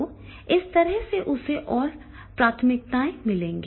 तो इस तरह से उसे और प्राथमिकताएँ मिलेंगी